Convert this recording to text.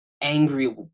angry